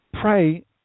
pray